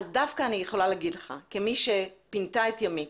דווקא אני יכולה לומר לך, כמי שפינתה את ימית